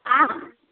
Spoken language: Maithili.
आओर